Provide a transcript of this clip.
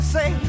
say